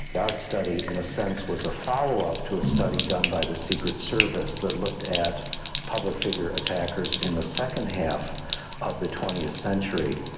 and our study in a sense was a follow-up to a study done by the secret service that looked at public figure attackers in the second half of the twentieth century,